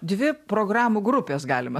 dvi programų grupės galima